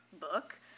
book